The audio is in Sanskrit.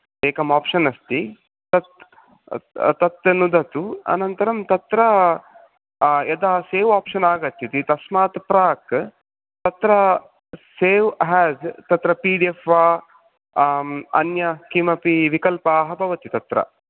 एकम् ओप्शन् अस्ति तत् तस्य नुदतु अनन्तरं तत्र यदा सेव् ओप्शन् आगच्छति तस्मात् प्राक् तत्र सेव् एज़् तत्र पी डि एफ् वा अन्य किमपि विकल्पाः भवति तत्र